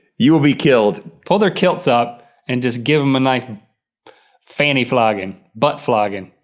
you will be killed. pull their kilts up and just give them a nice fanny flogging, butt flogging.